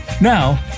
Now